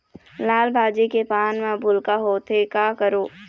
लाल भाजी के पान म भूलका होवथे, का करों?